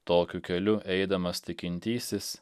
tokiu keliu eidamas tikintysis